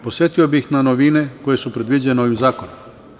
Podsetio bih na novine koje su predviđene ovim zakonom.